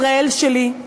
ישראל שלי,